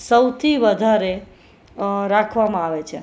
સૌથી વધારે રાખવામાં આવે છે